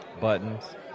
buttons